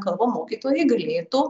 kalbų mokytojai galėtų